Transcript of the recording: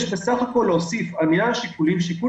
יש סבך הכול להוסיף על מניין השיקולים גם שיקול